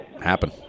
happen